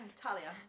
Talia